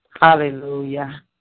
hallelujah